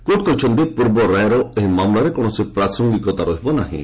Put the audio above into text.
court କହିଛନ୍ତି ପୂର୍ବ ରାୟର ଏ ମାମଲାରେ କୌଣସି ପ୍ରାସଙ୍ଗିକତା ରହିବ ନାହିଁ